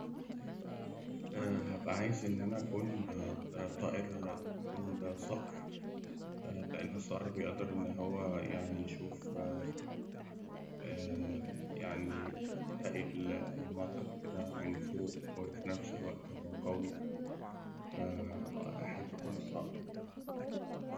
هأبقى عايز إن أنا أكون طائر الصقر لأن الصقر بيقدر إن هو يعني يشوف يعني باقي المناطق كده من فوق، وفي نفس الوقت هو قوي ف أحب أكون صقر.